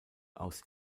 aus